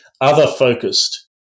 other-focused